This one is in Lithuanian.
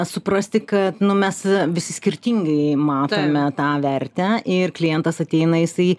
suprasti kad nu mes visi skirtingai matome tą vertę ir klientas ateina jisai